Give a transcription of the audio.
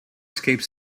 escape